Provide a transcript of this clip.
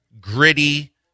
gritty